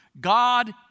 God